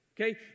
okay